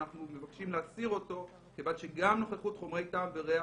אנחנו מבקשים להסיר אותו כיוון שגם נוכחות חומרי טעם וריח